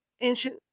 ancient